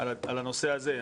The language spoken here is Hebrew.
בנושא הזה.